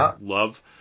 Love